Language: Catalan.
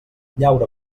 llaura